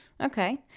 okay